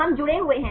हम जुड़े हुए है